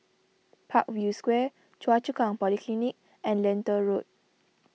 Parkview Square Choa Chu Kang Polyclinic and Lentor Road